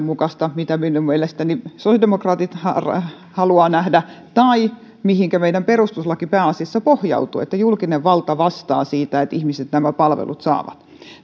mukaista mitä minun mielestäni sosiaalidemokraatit haluavat haluavat nähdä tai mihinkä meidän perustuslakimme pääasiassa pohjautuu että julkinen valta vastaa siitä että ihmiset nämä palvelut saavat